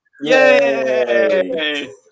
Yay